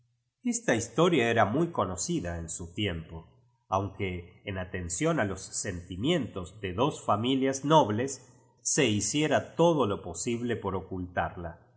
esta historia era muy conocida es su tiem po aunque en atención a los sentimientos de dos familias nobles se hiciera todo lo posible por ocultarla